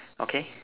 okay